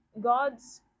God's